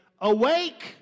Awake